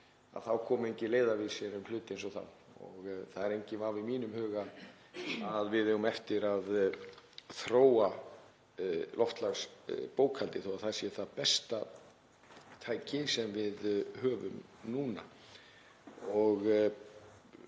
þá kom enginn leiðarvísir um hluti eins og það. Það er enginn vafi í mínum huga að við eigum eftir að þróa loftslagsbókhaldið þó að það sé besta tækið sem við höfum núna.